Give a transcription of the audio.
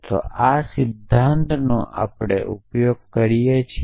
તો આ સિદ્ધાંતનો આપણે ઉપયોગ કરીએ છીએ